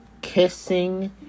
kissing